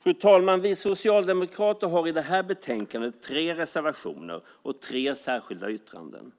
Fru talman! Vi socialdemokrater har i det här betänkandet tre reservationer och tre särskilda yttranden.